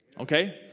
okay